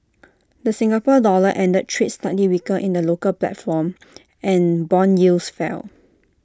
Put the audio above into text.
the Singapore dollar ended trade slightly weaker in the local platform and Bond yields fell